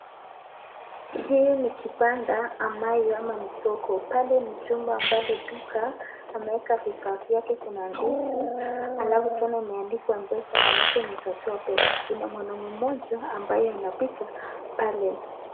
Hii ni kibanda ama hiyo ama ni soko. Pale ni chumba ambaye duka ameweka vifaa vyake. Kuna ndizi alafu tena imeandikwa mpesa maanake ni za kutoa pesa. Kuna mwanaume mmoja ambaye anapita pale.